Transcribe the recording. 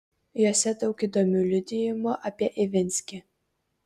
juose daug įdomių liudijimų apie ivinskį